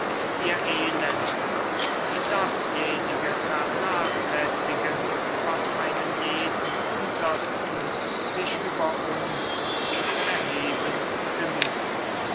wir elenden die dasjenige vernachlässigen was einen jeden untersten sich über uns zu erheben genügt